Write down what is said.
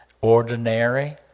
ordinary